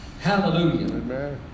hallelujah